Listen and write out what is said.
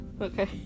okay